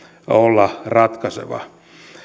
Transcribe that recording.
olla ratkaiseva